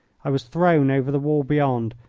i was thrown over the wall beyond,